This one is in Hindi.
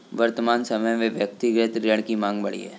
वर्तमान समय में व्यक्तिगत ऋण की माँग बढ़ी है